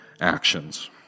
actions